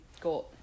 got